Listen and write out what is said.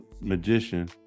magician